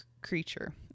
creature